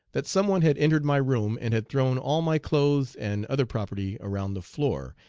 that some one had entered my room and had thrown all my clothes and other property around the floor,